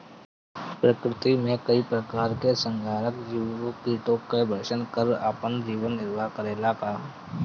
प्रकृति मे कई प्रकार के संहारक जीव कीटो के भक्षन कर आपन जीवन निरवाह करेला का?